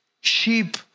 sheep